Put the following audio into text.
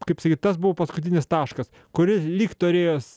kaip sakyt tas buvo paskutinis taškas kuris lyg turėjęs